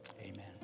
amen